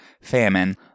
famine